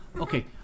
Okay